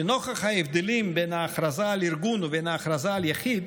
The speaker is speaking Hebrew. לנוכח ההבדלים בין ההכרזה על ארגון ובין הכרזה על יחיד,